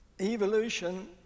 evolution